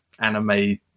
Anime